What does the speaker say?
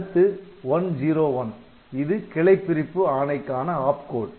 அடுத்து 101 இது கிளைப் பிரிப்பு ஆணைக்கான ஆப்கோடு